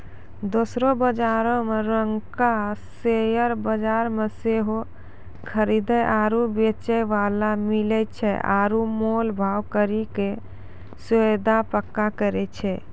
दोसरो बजारो रंगका शेयर बजार मे सेहो खरीदे आरु बेचै बाला मिलै छै आरु मोल भाव करि के सौदा पक्का करै छै